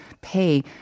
pay